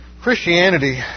Christianity